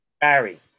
Barry